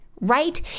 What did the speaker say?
right